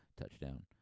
Touchdown